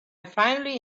finally